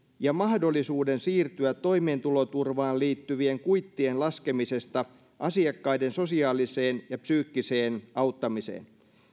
ja mahdollisuuden siirtyä toimeentuloturvaan liittyvien kuittien laskemisesta asiakkaiden sosiaaliseen ja psyykkiseen auttamiseen